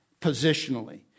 positionally